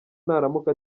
naramuka